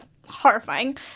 horrifying